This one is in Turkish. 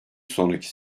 sonraki